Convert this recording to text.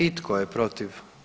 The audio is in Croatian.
I tko je protiv?